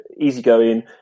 easygoing